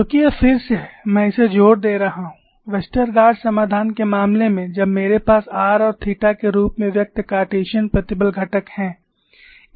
क्योंकि यह फिर से है मैं इसे जोर दे रहा हूं वेस्टरगार्ड समाधान के मामले में जब मेरे पास r और थीटा के रूप में व्यक्त कार्टेशियन प्रतिबल घटक हैं